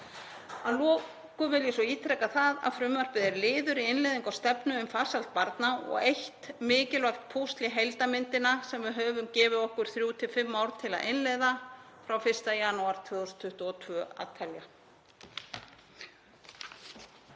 Að lokum vil ég svo ítreka að frumvarpið er liður í innleiðingu á stefnu um farsæld barna og eitt mikilvægt púsl í heildarmyndina sem við höfum gefið okkur þrjú til fimm til að innleiða frá 1. janúar 2022 að telja.